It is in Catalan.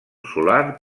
solar